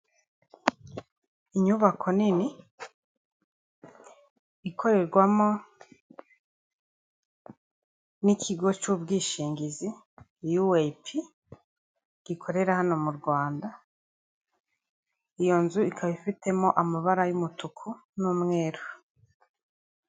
Inyubako nini ikorerwamo n'ikigo cy'ubwishingizi yuweyiki gikorera hano mu Rwanda, iyo nzu ikaba ifitemo amabara y'umutuku n'umweru.